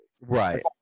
Right